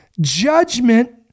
judgment